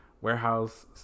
warehouse